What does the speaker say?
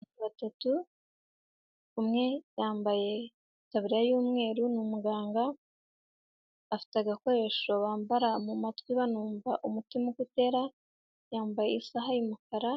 Abantu batatu, umwe yambaye taburiya y'umweru, ni umuganga afite agakoresho bambara mu matwi banumva umutima uko utera, yambaye isaha y'umukara,